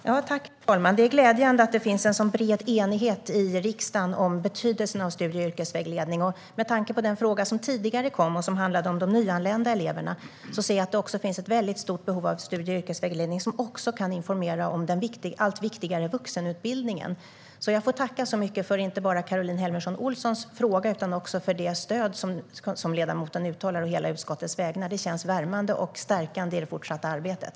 Herr talman! Det är glädjande att det finns en bred enighet i riksdagen om betydelsen av studie och yrkesvägledning. Med tanke på den fråga som tidigare ställdes och som handlade om de nyanlända eleverna ser jag också att det finns ett stort behov av studie och yrkesvägledning som kan informera om den allt viktigare vuxenutbildningen. Jag tackar för Caroline Helmersson Olssons fråga men även för det stöd som ledamoten uttalar å hela utskottets vägnar. Det känns värmande och stärkande i det fortsatta arbetet.